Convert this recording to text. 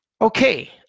Okay